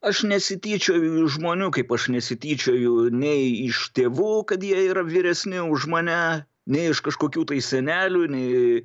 aš nesityčioju iš žmonių kaip aš nesityčioju nei iš tėvų kad jie yra vyresni už mane nei iš kažkokių tai senelių nei